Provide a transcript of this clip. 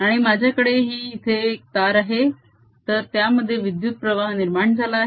आणि माझ्याकडे ही इथे एक तार आहे तर त्यामध्ये विद्युत प्रवाह निर्माण झाला आहे